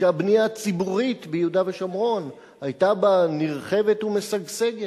שהבנייה הציבורית ביהודה ושומרון היתה בה נרחבת ומשגשגת.